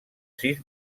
sis